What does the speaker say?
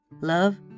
Love